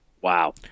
Wow